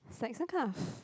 it's like some kind of